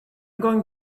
going